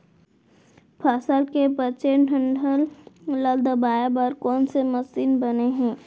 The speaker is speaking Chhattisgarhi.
फसल के बचे डंठल ल दबाये बर कोन से मशीन बने हे?